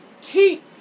keep